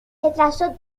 retrasó